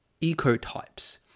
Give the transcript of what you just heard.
ecotypes